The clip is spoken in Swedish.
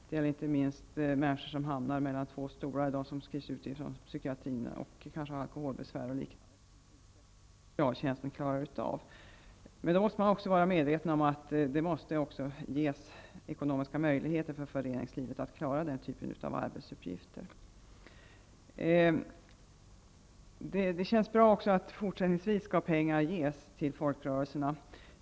Det kan gälla människor som hamnar mellan två stolar när de skrivs ut från psykiatrisk vård, kanske med alkoholbesvär, fall som socialtjänsten inte klarar. Man måste vara medveten om att föreningslivet måste ges ekonomiska möjligheter att klara sådana arbetsuppgifter. Det känns bra att pengar också fortsättningsvis skall ges till folkrörelserna.